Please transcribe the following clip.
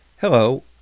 Hello